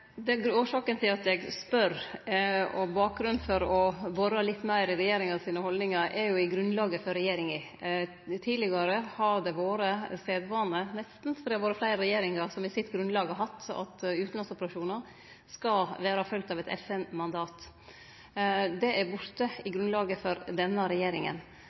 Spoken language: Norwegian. at eg spør og bakgrunnen for å bore litt meir i regjeringa sine haldningar, er i grunnlaget frå regjeringa. Tidlegare har det vore sedvane nesten, for det har vore fleire regjeringar som i sitt grunnlag har hatt at utanlandsoperasjonar skal vere fylgde av eit FN-mandat. Det er borte i grunnlaget for denne regjeringa.